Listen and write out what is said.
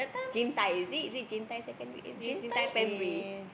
Jim-Tye is it is it Jim-Tye-Secondary is it Jim-Tye-primary